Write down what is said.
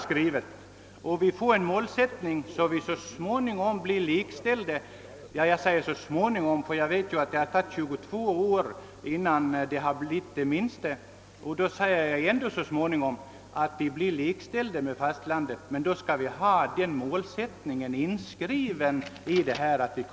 Skrivningen måste göras klarare, så att målsättningen blir den, att vi så småningom — jag säger så småningom eftersom det har tagit 22 år innan frågan kommit så här långt — blir likställda med fastlandet. Den målsättningen vill vi ha inskriven i avtalet.